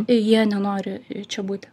jie nenori čia būti